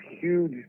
huge